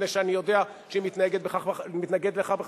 מפני שאני יודע שהיא מתנגדת לכך בחריפות,